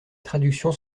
traductions